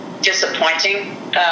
disappointing